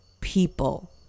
people